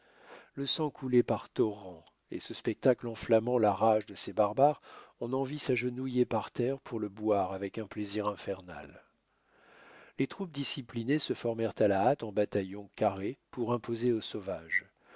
le sang coulait par torrents et ce spectacle enflammant la rage de ces barbares on en vit s'agenouiller par terre pour le boire avec un plaisir infernal les troupes disciplinées se formèrent à la hâte en bataillon carré pour imposer aux sauvages